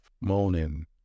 moaning